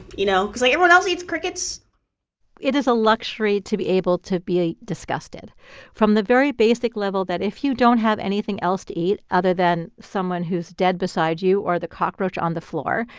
you know? because, like, everyone else eats crickets it is a luxury to be able to be disgusted from the very basic level that if you don't have anything else to eat other than someone who's dead beside you or the cockroach on the floor,